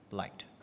liked